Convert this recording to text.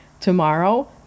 tomorrow